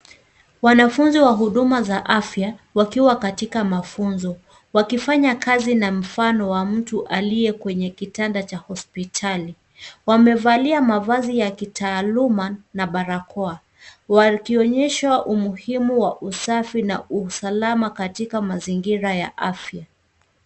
Wanafunzi wa huduma za afya wakiwa katika mafunzo wakifanya kazi na mfano wa mtu aliye kwenye kitanda cha hospitali. Wamevalia mavazi ya kitaaluma na barakoa, wakionyesha umuhimu wa usafi na usalama katika mazingira ya afya.